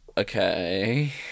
Okay